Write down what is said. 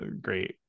great